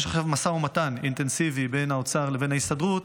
יש עכשיו משא ומתן אינטנסיבי בין האוצר לבין ההסתדרות